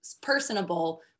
personable